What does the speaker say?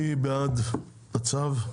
מי בעד הצו?